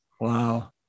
Wow